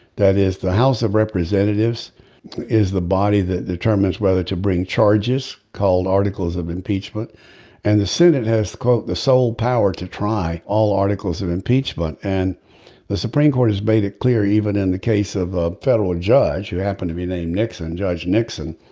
that is the house of representatives is the body that determines whether to bring charges called articles of impeachment and the senate has the sole power to try all articles of impeachment and the supreme court has made it clear even in the case of a federal judge who happen to be named nixon judge nixon.